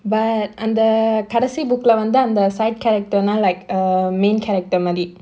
but அந்த கடைசி:andha kadaisi book lah வந்து அந்த:vandhu andha side character னா:naa like err main character மாரி:maari